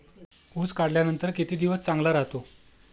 ऊस काढल्यानंतर किती दिवस चांगला राहतो?